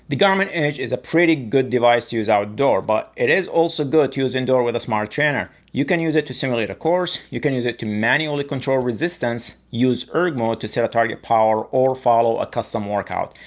the garmin edge is a pretty good device to use outdoors, but it is also good to use indoor with a smart trainer. you can use it to stimulate a course. you can use it to manually control resistance, use erg mode to set up target power or follow a custom workout.